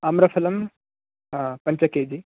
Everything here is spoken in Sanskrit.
आम्रफलं पञ्चकेजि